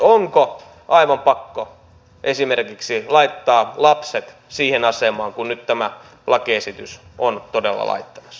onko aivan pakko esimerkiksi laittaa lapset siihen asemaan kuin nyt tämä lakiesitys on todella laittamassa